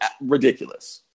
ridiculous